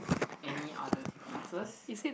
any other differences